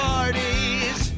Parties